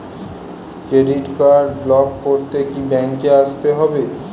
Credit card block করতে কি ব্যাংকে আসতে হবে?